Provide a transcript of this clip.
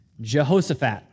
Jehoshaphat